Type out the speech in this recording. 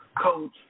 coach